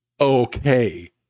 Okay